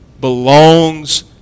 belongs